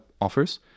offers